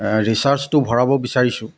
ৰিচাৰ্ছটো ভৰাব বিচাৰিছোঁ